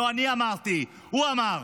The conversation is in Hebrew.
לא אני אמרתי, הוא אמר.